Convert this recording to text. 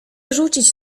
rzucić